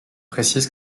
précise